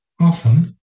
Awesome